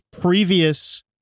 previous